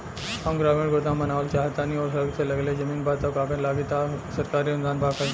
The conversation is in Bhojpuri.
हम ग्रामीण गोदाम बनावल चाहतानी और सड़क से लगले जमीन बा त का कागज लागी आ सरकारी अनुदान बा का?